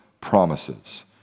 promises